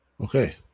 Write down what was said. Okay